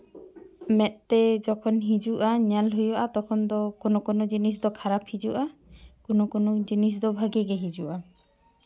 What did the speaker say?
ᱢᱮᱫ ᱛᱮ ᱡᱚᱠᱷᱚᱱ ᱦᱤᱡᱩᱜᱼᱟ ᱧᱮᱞ ᱦᱩᱭᱩᱜᱼᱟ ᱛᱚᱠᱷᱚᱱ ᱫᱚ ᱠᱳᱱᱳ ᱠᱚᱱᱚ ᱡᱤᱱᱤᱥ ᱫᱚ ᱠᱷᱟᱨᱟᱯ ᱦᱤᱡᱩᱜᱼᱟ ᱠᱳᱱᱳ ᱠᱳᱱᱳ ᱡᱤᱱᱤᱥ ᱫᱚ ᱵᱷᱟᱜᱮ ᱜᱮ ᱦᱤᱡᱩᱜᱼᱟ